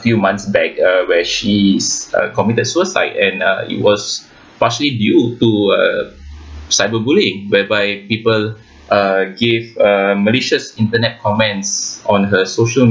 few months back uh where she is uh committed suicide and uh it was partially due to uh cyber bullying whereby people uh give uh malicious internet comments on her social